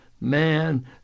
man